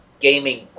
gaming